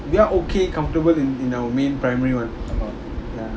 we are okay comfortable in in our main primary one ya